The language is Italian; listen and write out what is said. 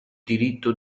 diritto